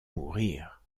mourir